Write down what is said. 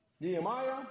Nehemiah